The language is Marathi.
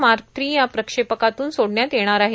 मार्क थ्री या प्रक्षेपकातून सोडण्यात येणार आहे